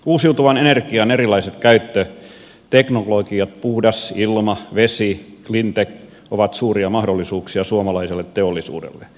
uusiutuvan energian erilaiset käyttöteknologiat puhdas ilma vesi cleantech ovat suuria mahdollisuuksia suomalaiselle teollisuudelle